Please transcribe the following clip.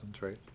right